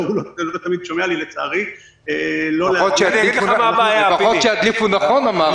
אבל הוא לא תמיד שומע לי לצערי -- לפחות שידליפו נכון.